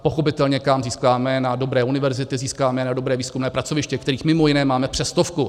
Pochopitelně získáváme je na dobré univerzity, získáváme je na dobrá výzkumná pracoviště, kterých mimo jiné máme přes stovku.